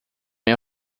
meu